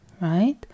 right